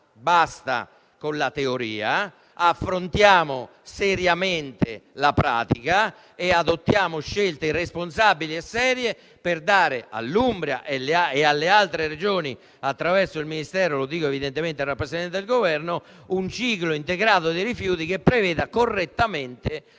Basta con la teoria, affrontiamo seriamente la pratica e adottiamo scelte responsabili e serie per dare all'Umbria e alle altre Regioni, attraverso il Ministero - mi rivolgo al rappresentante del Governo - un ciclo integrato dei rifiuti che preveda correttamente l'applicazione